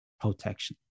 protection